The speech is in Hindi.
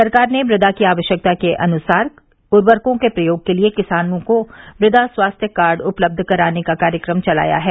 सरकार ने मृदा की आवश्यकता के अनुसार उर्वरकों के प्रयोग के लिये किसानों को मुदा स्वास्थ्य कार्ड उपलब्ध कराने का कार्यक्रम चलाया है